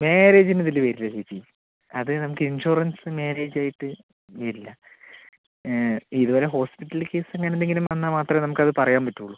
marriage ഒന്നും ഇതില് വരില്ല ചേച്ചി അത് നമുക്ക് ഇൻഷുറൻസ് മാര്യേജും ആയിട്ട് വരില്ല ഇതുപോലെ ഹോസ്പിറ്റൽ കേസ് അങ്ങനെ എന്തെങ്കിലും വന്നാൽ മാത്രമെ നമുക്ക് അത് പറയാൻ പറ്റൂള്ളൂ